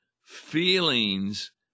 feelings